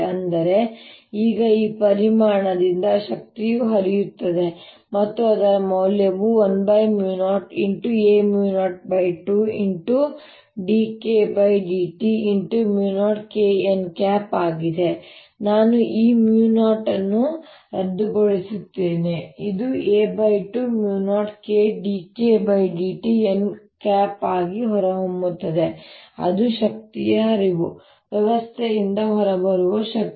ಅಂದರೆ ಈಗ ಈ ಪರಿಮಾಣದಿಂದ ಶಕ್ತಿಯು ಹರಿಯುತ್ತದೆ ಮತ್ತು ಅದರ ಮೌಲ್ಯವು 10a02dKdt0K n ಆಗಿದೆ ಮತ್ತೆ ನಾನು ಈ 0 ಅನ್ನು ರದ್ದುಗೊಳಿಸುತ್ತೇನೆ ಮತ್ತು ಇದು a20KdKdtn ಆಗಿ ಹೊರಹೊಮ್ಮುತ್ತದೆ ಅದು ಶಕ್ತಿಯ ಹರಿವು ವ್ಯವಸ್ಥೆಯಿಂದ ಹೊರಬರುವ ಶಕ್ತಿ